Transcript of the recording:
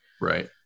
Right